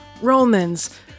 Romans